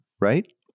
right